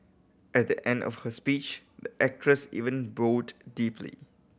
at the end of her speech the actress even bowed deeply